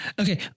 Okay